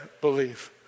believe